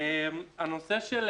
הנושא של